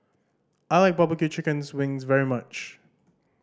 I like barbecue chicken wings very much